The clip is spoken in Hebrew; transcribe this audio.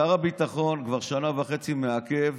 שר הביטחון כבר שנה וחצי מעכב